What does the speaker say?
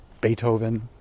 Beethoven